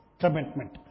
commitment